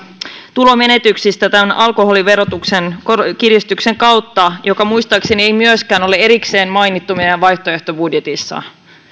tulonmenetyksistä alkoholiverotuksen kiristyksen kautta jota muistaakseni ei myöskään ole erikseen mainittu meidän vaihtoehtobudjetissamme